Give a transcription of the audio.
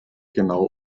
genauer